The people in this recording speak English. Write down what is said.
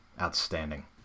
Outstanding